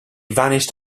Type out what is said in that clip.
vanished